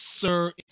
sir